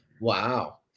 Wow